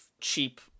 cheap